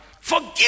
Forgive